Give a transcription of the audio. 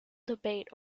debate